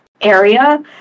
area